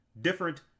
different